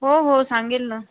हो हो सांगेन ना